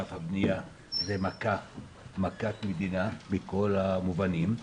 בענף הבנייה, זה מכת מדינה בכל המובנים.